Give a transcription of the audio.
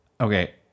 Okay